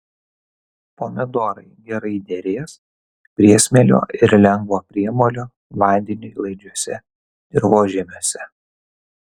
pomidorai gerai derės priesmėlio ir lengvo priemolio vandeniui laidžiuose dirvožemiuose